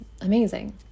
amazing